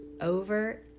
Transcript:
Over